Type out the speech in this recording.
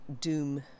doom